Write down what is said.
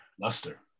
luster